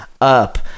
up